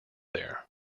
there